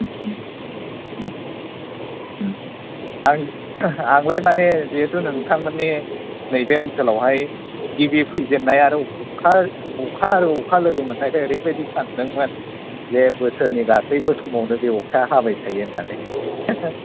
आं आंलाय माने जिहेथु नोंथांमोननि नैबे ओनसोलावहाय गिबि फैजेननाय आरो अखा अखा आरो अखा लोगो मोननायखाय ओरैबायदि सान्दोंमोन जे बोसोरनि गासैबो समावनो अखा हाबाय थायो होननानै